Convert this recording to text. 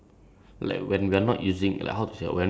all the subjects that I learn is like useful